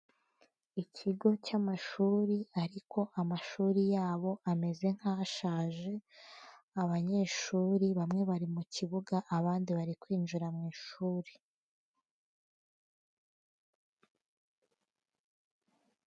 Ikigo cy'amashuri, ariko amashuri yabo ameze nkashaje, abanyeshuri bamwe bari mu kibuga, abandi bari kwinjira mu ishuri.